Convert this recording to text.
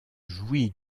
jouit